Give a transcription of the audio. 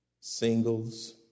singles